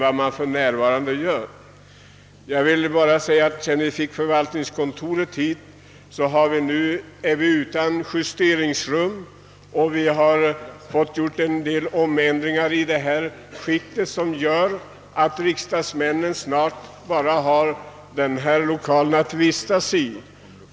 Sedan förvaltningskontoret kom till har vi blivit av med vårt gamla justeringsrum, och det har i detta våningsplan även företagits en del andra omändringar som gör att kammarens ledamöter snart bara har plenisalen att vistas i.